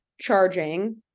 charging